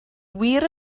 wir